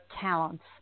talents